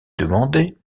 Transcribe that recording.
demandée